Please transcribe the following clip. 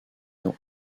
dans